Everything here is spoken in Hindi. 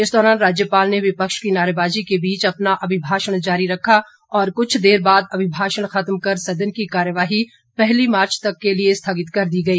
इस दौरान राज्यपाल ने विपक्ष की नारेबाजी के बीच अपना अभिभाषण जारी रखा और कुछ देर बाद अभिभाषण खत्म कर सदन की कार्यवाही पहली मार्च तक के लिए स्थगित कर दी गई